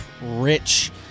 rich